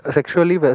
Sexually